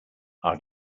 are